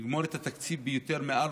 נגמור את התקציב בגירעון של יותר מ-4%.